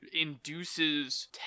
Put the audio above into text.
induces